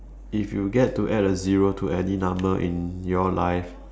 if you get to add a zero to any number in your life